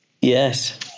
Yes